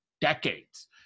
decades